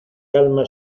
calma